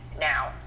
now